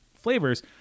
flavors